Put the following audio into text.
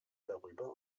darüber